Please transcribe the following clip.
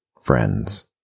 Friends